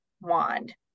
wand